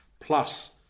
plus